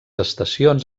estacions